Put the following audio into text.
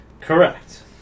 Correct